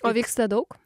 o vyksta daug